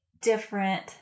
different